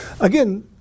again